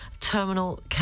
terminal